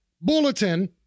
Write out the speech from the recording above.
bulletin